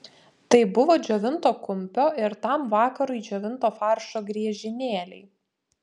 tai buvo džiovinto kumpio ir tam vakarui džiovinto faršo griežinėliai